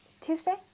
Tuesday